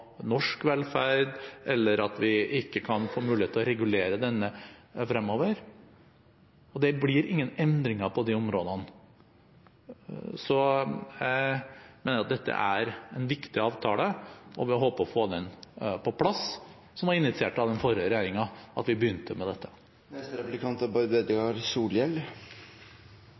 norsk velferd, eller at vi ikke kan få mulighet til å regulere dette området fremover. Det blir ingen endringer på disse områdene. Jeg mener at dette er en viktig avtale. Den var initiert av denne forrige regjeringen, og vi begynte med dette. Vi håper å få den på plass.